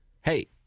hey